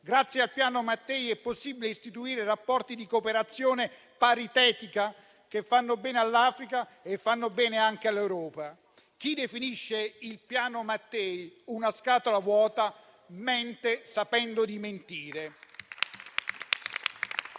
Grazie al Piano Mattei è possibile istituire rapporti di cooperazione paritetica che fanno bene all'Africa e fanno bene anche all'Europa. Chi definisce il Piano Mattei una scatola vuota mente sapendo di mentire.